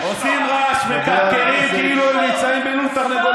אתה אותי מוציא בכל דקה.